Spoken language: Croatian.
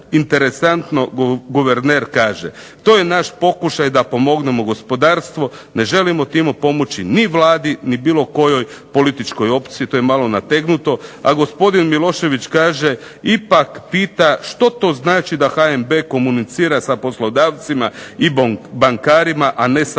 interesantno guverner kaže, to je naš pokušaj da pomognemo gospodarstvu, ne želimo time pomoći ni Vladi ni bilo kojoj političkoj opciji, to je malo nategnuto. A gospodin Milošević kaže, ipak pita što to znači da HNB komunicira sa poslodavcima i bankarima, a ne sa Vladom.